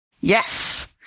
yes